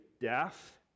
death